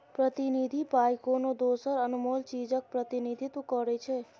प्रतिनिधि पाइ कोनो दोसर अनमोल चीजक प्रतिनिधित्व करै छै